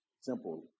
simple